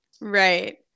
right